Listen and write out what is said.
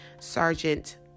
Sergeant